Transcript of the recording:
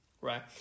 right